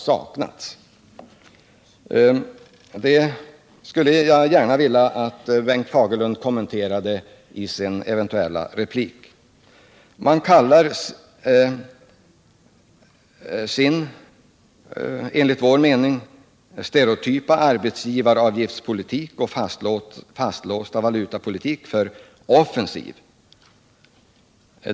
Jag skulle gärna vilja att Bengt Fagerlund kommenterade det i sin eventuella replik. Man kallar sin enligt vår mening stereotypa arbetsgivaravgiftspolitik och fastlåsta valutapolitik för offensiv.